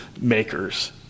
makers